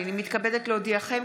הינני מתכבדת להודיעכם,